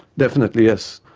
definitely yes.